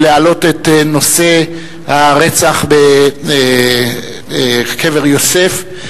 את נושא הרצח בקבר יוסף.